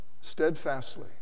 steadfastly